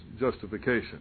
justification